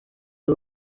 w’u